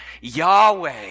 Yahweh